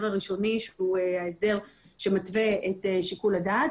הראשוני שהוא ההסדר שמתווה את שיקול הדעת,